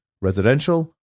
residential